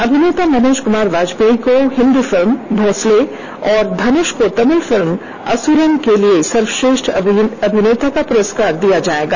अभिनेता मनोज वाजपेयी को हिन्दी फिल्म भोंसले और धनुष को तमिल फिल्म असुरन के लिए सर्वश्रेष्ठ अभिनेता का पुरस्कार दिया जायेगा